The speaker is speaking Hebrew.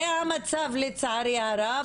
זה המצב, לצערי הרב.